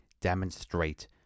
demonstrate